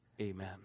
amen